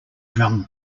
drum